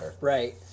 right